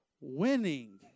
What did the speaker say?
winning